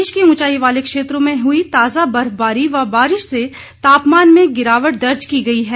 प्रदेश के ऊंचाई वाले क्षेत्रों में हुई ताजा बर्फबारी व बारिश से तापमान में गिरावट दर्ज की गई है